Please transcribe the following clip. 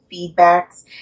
feedbacks